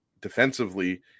defensively